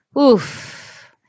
Oof